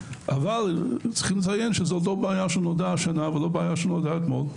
אבל צריך לציין שזה לא בעיה שנולדה השנה ולא בעיה שנולדה אתמול.